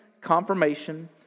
Confirmation